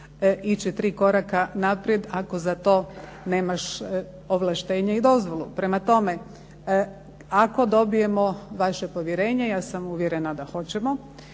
ići tri koraka naprijed ako za to nemaš ovlaštenje i dozvolu. Prema tome, ako dobijemo vaše povjerenje, ja sam uvjerena da hoćemo,